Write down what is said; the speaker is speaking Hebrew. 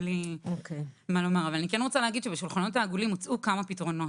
אני כן רוצה להגיד שבשולחנות העגולים הוצעו כמה פתרונות.